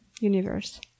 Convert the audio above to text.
universe